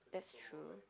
that's true